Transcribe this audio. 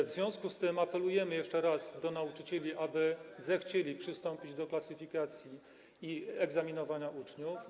W związku z tym apelujemy jeszcze raz do nauczycieli, aby zechcieli przystąpić do klasyfikowania i egzaminowania uczniów.